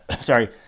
sorry